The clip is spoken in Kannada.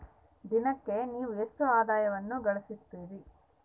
ದಿನಕ್ಕೆ ನೇವು ಎಷ್ಟು ಆದಾಯವನ್ನು ಗಳಿಸುತ್ತೇರಿ?